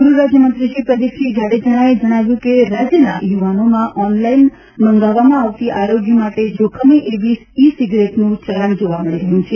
ગૃહ રાજ્ય મંત્રી શ્રી પ્રદિપસિંહ જાડેજાએ જણાવ્યું હતું કે રાજયના યુવાનોમાં ઓન લાઇન મંગાવવામાં આવતી આરોગ્ય માટે જોખમી એવી ઈ સિગારેટનું ચલણ જોવા મળી રહ્યું છે